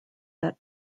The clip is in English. that